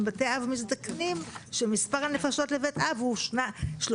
בתי אב מזדקנים שמספר הנפשות לבית אב הוא שלושה,